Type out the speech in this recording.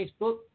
Facebook